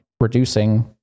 reducing